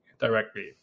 directly